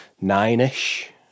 nine-ish